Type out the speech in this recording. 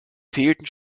fehlten